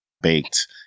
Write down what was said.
baked